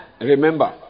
remember